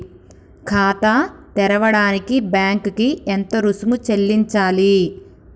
ఖాతా తెరవడానికి బ్యాంక్ కి ఎంత రుసుము చెల్లించాలి?